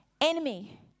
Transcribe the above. enemy